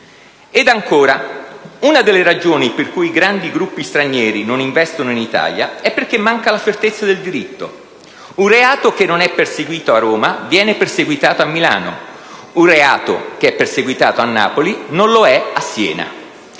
Ed ancora, una delle ragioni per cui grandi gruppi stranieri non investono in Italia è perché manca la certezza del diritto: un reato che non è non perseguito a Roma viene perseguito a Milano; un reato che è perseguito a Napoli non lo è a Siena.